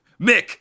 Mick